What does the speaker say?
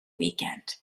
weekend